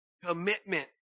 commitment